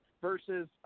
versus